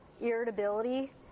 irritability